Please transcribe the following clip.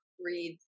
read